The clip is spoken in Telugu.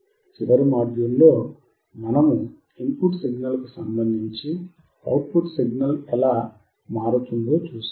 చివరి మాడ్యూల్ లో మనము ఇన్ పుట్ సిగ్నల్ కు సంబంధించి అవుట్ పుట్ సిగ్నల్ ఎలా మారుతుందోచూశాము